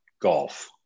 golf